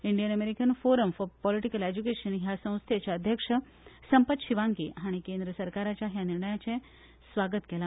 Indian American forum for political education हे संस्थेचे अध्यक्ष संपन शिवांगी हांणी केंद्र सरकाराच्या ह्या निर्णयाक येवकार दिला